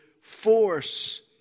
force